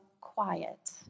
quiet